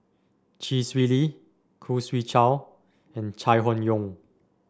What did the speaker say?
Chee Swee Lee Khoo Swee Chiow and Chai Hon Yoong